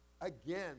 again